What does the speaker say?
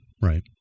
Right